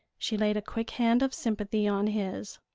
she laid a quick hand of sympathy on his.